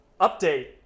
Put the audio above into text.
update